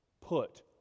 put